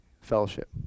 fellowship